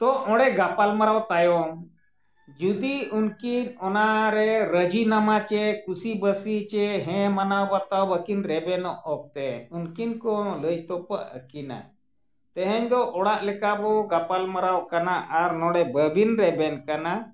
ᱛᱚ ᱚᱸᱰᱮ ᱜᱟᱯᱟᱞᱢᱟᱨᱟᱣ ᱛᱟᱭᱚᱢ ᱡᱩᱫᱤ ᱩᱱᱠᱤᱱ ᱚᱱᱟᱨᱮ ᱨᱟᱹᱡᱤ ᱱᱟᱢᱟ ᱥᱮ ᱠᱩᱥᱤ ᱵᱟᱥᱤ ᱥᱮ ᱦᱮᱸ ᱢᱟᱱᱟᱣ ᱵᱟᱛᱟᱣ ᱵᱟᱠᱤᱱ ᱨᱮᱵᱮᱱᱚᱜ ᱚᱠᱛᱮ ᱩᱱᱠᱤᱱ ᱠᱚ ᱞᱟᱹᱭ ᱛᱚᱯᱟᱜ ᱟᱹᱠᱤᱱᱟ ᱛᱮᱦᱮᱧ ᱫᱚ ᱚᱲᱟᱜ ᱞᱮᱠᱟ ᱵᱚ ᱜᱟᱯᱟᱞᱢᱟᱨᱟᱣ ᱠᱟᱱᱟ ᱟᱨ ᱱᱚᱰᱮ ᱵᱟᱹᱵᱤᱱ ᱨᱮᱵᱮᱱ ᱠᱟᱱᱟ